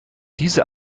diese